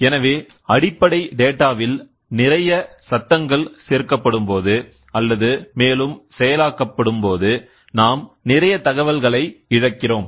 எனவே அடிப்படை டேட்டா வில் நிறைய சத்தங்கள் சேர்க்கப்படும் போது அல்லது மேலும் செயலாக்கப்படும் போது நாம் நிறைய தகவல்களை இழக்கிறோம்